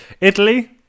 Italy